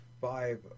Five